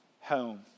home